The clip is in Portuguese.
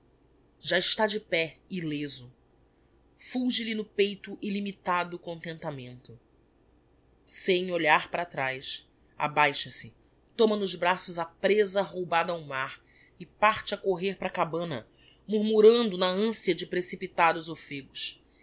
já está de pé illeso fulge lhe no peito illimitado contentamento sem olhar para traz abaixa se toma nos braços a prêza roubada ao mar e parte a correr para a cabana murmurando na ancia de precipitados offegos